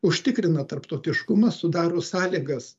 užtikrina tarptautiškumą sudaro sąlygas